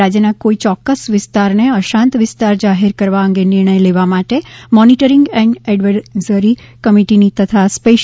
રાજ્યના કોઇ ચોક્કસ વિસ્તારને અશાંત વિસ્તાર જાહેર કરવા અંગે નિર્ણય લેવા માટે મોનિટરિંગ એન્ડ એડવાઈઝરી કમિટીની તથા સ્પે